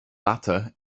latter